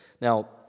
Now